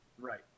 Right